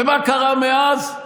ומה קרה מאז?